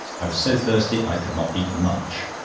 i was so thirsty, i could not eat much.